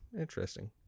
interesting